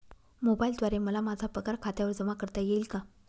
मोबाईलद्वारे मला माझा पगार खात्यावर जमा करता येईल का?